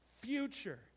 future